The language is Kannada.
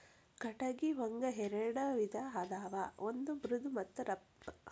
ಕಟಗಿ ಒಂಗ ಎರೆಡ ವಿಧಾ ಅದಾವ ಒಂದ ಮೃದು ಮತ್ತ ರಫ್